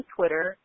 Twitter